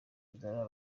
nzara